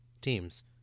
Teams